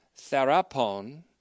Therapon